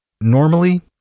normally